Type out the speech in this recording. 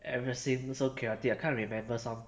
every scene so chaotic I can't remember some